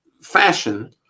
fashion